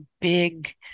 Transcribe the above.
big